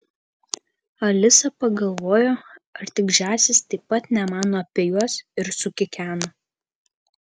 alisa pagalvojo ar tik žąsys taip pat nemano apie juos ir sukikeno